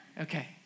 okay